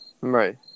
right